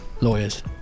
Lawyers